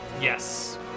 Yes